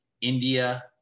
India